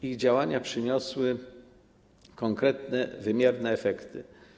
Ich działania przyniosły konkretne, wymierne efekty.